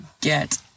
get